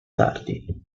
tardi